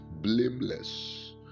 blameless